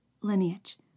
Lineage